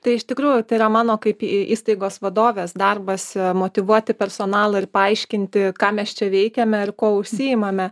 tai iš tikrųjų tai yra mano kaip į įstaigos vadovės darbas a motyvuoti personalą ir paaiškinti ką mes čia veikiame ir kuo užsiimame